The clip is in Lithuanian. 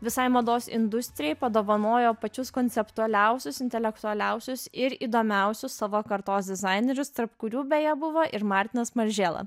visai mados industrijai padovanojo pačius konceptualiausius intelektualiausius ir įdomiausius savo kartos dizainerius tarp kurių beje buvo ir martinas maržela